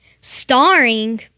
starring